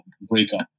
breakup